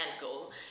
goal